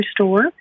store